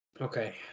Okay